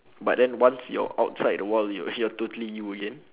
but then once you're outside the wall you're you're totally you again